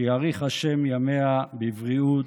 שיאריך השם ימיה בבריאות,